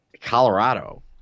Colorado